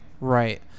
Right